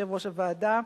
יושב-ראש הוועדה.